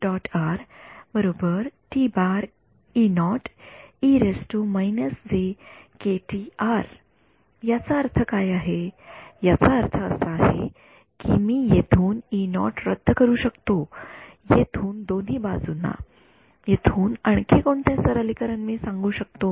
तर मला मिळणार आहे तर याचा अर्थ काय आहे याचा अर्थ असा आहे की मी येथून रद्द करू शकतो येथून दोन्ही बाजूंना येथून आणखी कोणते सरलीकरण मी सांगू शकतो